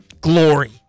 glory